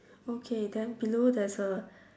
okay then below there's a